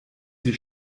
sie